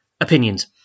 opinions